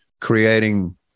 creating